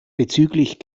bezüglich